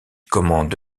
commande